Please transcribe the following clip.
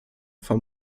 vom